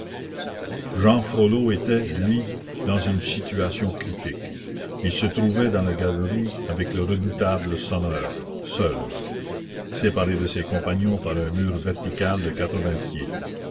jehan frollo était lui dans une situation critique il se trouvait dans la galerie avec le redoutable sonneur seul séparé de ses compagnons par un mur vertical de quatre-vingts pieds